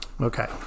Okay